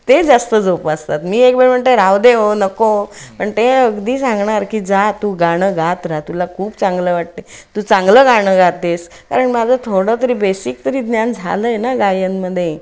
ते जास्त जोपासतात मी एक वेळ म्हणते राहू दे ओ नको पण ते अगदी सांगणार की जा तू गाणं गात राहा तुला खूप चांगलं वाटते तू चांगलं गाणं गातेस कारण माझं थोडं तरी बेसिक तरी ज्ञान झालं आहे ना गायनामध्ये